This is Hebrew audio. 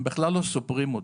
הם בכלל לא סופרים אותו.